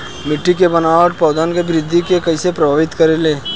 मिट्टी के बनावट पौधन के वृद्धि के कइसे प्रभावित करे ले?